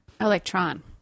Electron